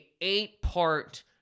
eight-part